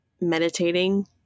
meditating